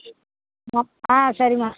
ஆ சரிம்மா